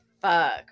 Fuck